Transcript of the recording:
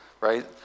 right